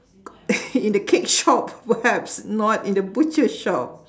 in the cake shop perhaps not in the butcher shop